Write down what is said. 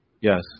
Yes